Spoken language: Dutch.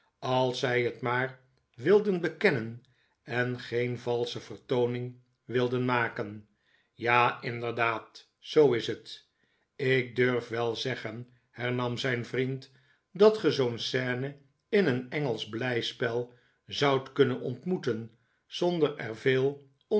als zij het maar wilden bekennen en geen valsche vertooning wildep maken ja inderdaad zoo is het ik durf wel zeggen hernam zijn vriend dat ge zoo'n scene in een engelsch blijspel zoudt kunnen ontmoeten zonder er veel